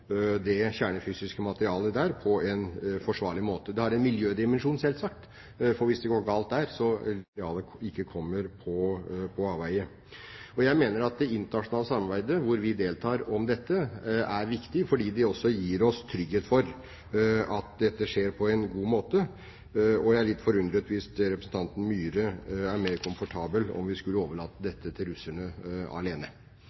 det kjernefysiske materialet der på en forsvarlig måte. Det har en miljødimensjon, selvsagt, for hvis det går galt der, er vi nær og vil bli berørt. Men det er også viktig å sikre at det spaltbare materialet ikke kommer på avveier. Jeg mener at det internasjonale samarbeidet om dette hvor vi deltar, er viktig, fordi det også gir oss trygghet for at dette skjer på en god måte. Jeg er litt forundret hvis representanten Myhre er mer komfortabel om vi skulle overlate